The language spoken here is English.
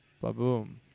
Ba-boom